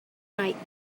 night